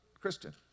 Christian